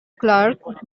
clerk